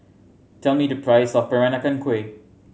tell me the price of Peranakan Kueh